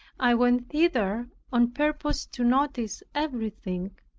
i went thither on purpose to notice everything,